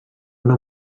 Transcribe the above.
una